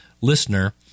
LISTENER